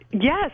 Yes